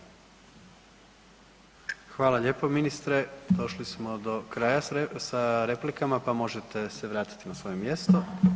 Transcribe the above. Hvala lijepo ministre, došli smo do kraja sa replikama pa možete se vratiti na svoje mjesto.